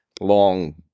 long